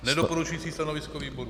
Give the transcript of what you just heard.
Nedoporučující stanovisko výboru.